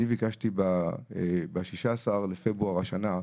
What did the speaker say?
אני ביקשתי ב-16 בפברואר השנה,